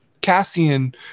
Cassian